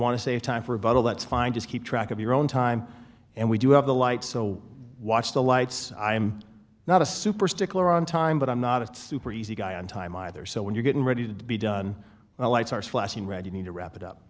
want to save time for a bottle that's fine just keep track of your own time and we do have a light so watch the lights i'm not a super stickler on time but i'm not a super easy guy on time either so when you're getting ready to be done the lights are flashing red you need to wrap it up